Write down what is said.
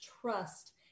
trust